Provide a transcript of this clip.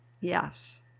Yes